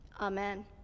Amen